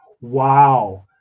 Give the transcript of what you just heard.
wow